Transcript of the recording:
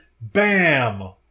bam